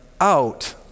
out